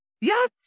Yes